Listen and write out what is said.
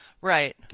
Right